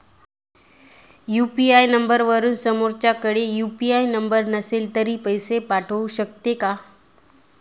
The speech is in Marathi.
यु.पी.आय नंबरवरून समोरच्याकडे यु.पी.आय नंबर नसेल तरी पैसे पाठवू शकते का?